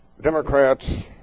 Democrats